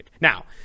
Now